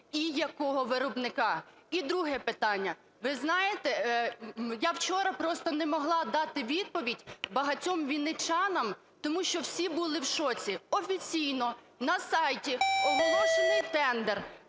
і якого виробника? І друге питання. Ви знаєте, я вчора просто не могла дати відповідь багатьом вінничанам, тому що всі були в шоці: офіційно на сайті оголошений тендер